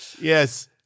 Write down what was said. yes